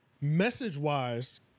message-wise